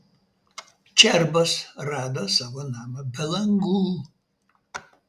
čerbos rado savo namą be langų